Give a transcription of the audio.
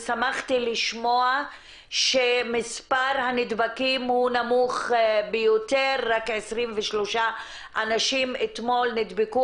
ושמחתי לשמוע שמספר הנדבקים הוא נמוך ביותר רק 23 אנשים אתמול נדבקו.